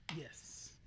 Yes